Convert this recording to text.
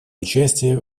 участие